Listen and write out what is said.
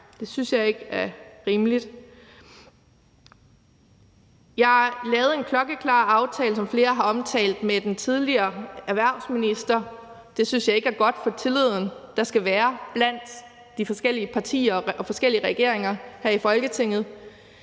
Det synes jeg ikke er rimeligt. Jeg lavede en klokkeklar aftale, som flere har omtalt, med den tidligere erhvervsminister. Det synes jeg ikke er godt for tilliden, der skal være blandt de forskellige partier og forskellige regeringer her i Folketinget,